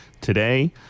today